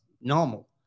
normal